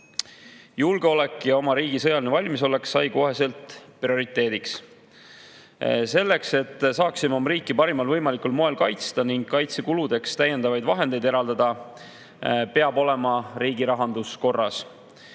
Julgeolek ja oma riigi sõjaline valmisolek said koheselt prioriteediks. Selleks, et saaksime oma riiki parimal võimalikul moel kaitsta ning kaitsekuludeks täiendavaid vahendeid eraldada, peab olema riigi rahandus korras.